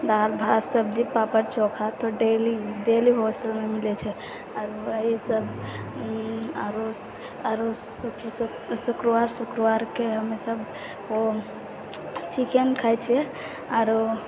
दालि भात सब्जी पापड़ चोखा तऽ डेली डेली होस्टलमे मिलै छै आओर इएहसब आओर शुक्रवार शुक्रवारके हमसब ओ चिकन खाइ छिए आओर